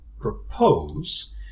propose